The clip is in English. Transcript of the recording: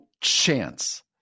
chance